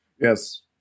Yes